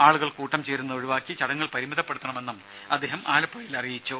ആളുകൾ കൂട്ടം ചേരുന്നത് ഒഴിവാക്കി ചടങ്ങുകൾ പരിമിതപ്പെടുത്തണമെന്നും അദ്ദേഹം ആലപ്പുഴയിൽ അറിയിച്ചു